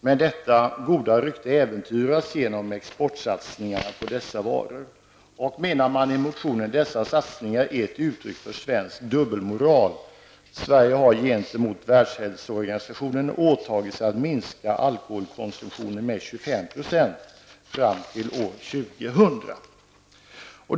Men detta goda rykte äventyras genom exportsatsningarna när det gäller dessa varor. Man säger i motionen att dessa satsningar är ett uttryck för svensk dubbelmoral. Sverige har gentemot Världshälsoorganisationen Påtagit sig att minska alkoholkonsumtionen med 25 % fram till år 2000.